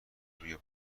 روی